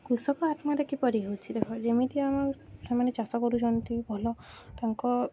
କୃଷକ ଆତ୍ମହତ୍ୟା କିପରି ହେଉଛି ଦେଖ ଯେମିତି ଆମର ସେମାନେ ଚାଷ କରୁଛନ୍ତି ଭଲ ତାଙ୍କ